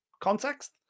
context